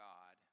God